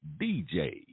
dj